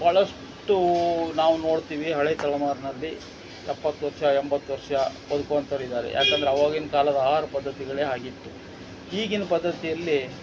ಬಹಳಷ್ಟು ನಾವು ನೋಡ್ತೀವಿ ಹಳೆಯ ತಲೆಮಾರಿನಲ್ಲಿ ಎಪ್ಪತ್ತು ವರ್ಷ ಎಂಬತ್ತು ವರ್ಷ ಬದುಕುವಂತವ್ರು ಇದ್ದಾರೆ ಯಾಕಂದರೆ ಅವಾಗಿನ ಕಾಲದ ಆಹಾರ ಪದ್ಧತಿಗಳೇ ಹಾಗಿತ್ತು ಈಗಿನ ಪದ್ಧತಿಯಲ್ಲಿ